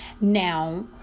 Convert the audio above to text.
Now